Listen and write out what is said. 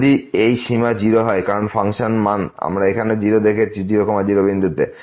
যদি এই সীমা 0 হয় কারণ ফাংশন মান আমরা এখানে 0 দেখেছি 0 0বিন্দুতে